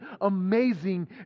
amazing